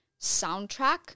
soundtrack